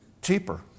Cheaper